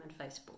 Facebook